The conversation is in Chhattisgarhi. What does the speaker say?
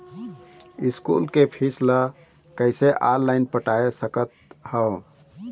स्कूल के फीस ला कैसे ऑनलाइन पटाए सकत हव?